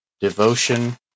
devotion